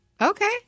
Okay